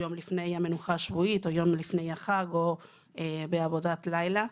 יום לפני המנוחה השבועית או יום לפני החג או בעבודת לילה.